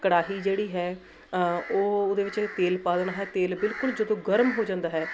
ਕੜਾਹੀ ਜਿਹੜੀ ਹੈ ਉਹ ਉਹਦੇ ਵਿੱਚ ਤੇਲ ਪਾ ਦੇਣਾ ਹੈ ਤੇਲ ਬਿਲਕੁਲ ਜਦੋਂ ਗਰਮ ਹੋ ਜਾਂਦਾ ਹੈ